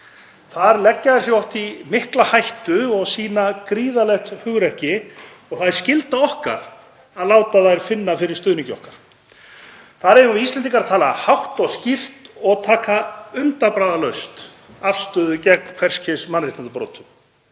Þar leggja þær sig oft í mikla hættu og sýna gríðarlegt hugrekki og það er skylda okkar að láta þær finna fyrir stuðningi okkar. Þar eigum við Íslendingar að tala hátt og skýrt og taka undanbragðalaust afstöðu gegn hvers kyns mannréttindabrotum